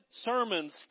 sermons